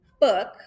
book